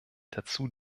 dazu